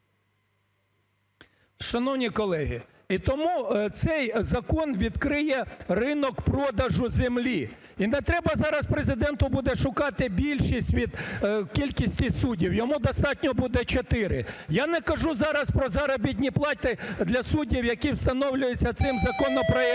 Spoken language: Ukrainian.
Шановні колеги, і тому цей закон відкриє ринок продажу землі. І не треба зараз Президенту буде шукати більшість, кількість тих суддів, йому достатньо буде чотири. Я не кажу зараз про заробітні плати для суддів, які встановлюються цим законопроектом.